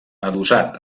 adossat